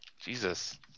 Jesus